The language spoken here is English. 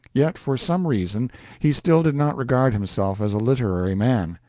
yet for some reason he still did not regard himself as a literary man.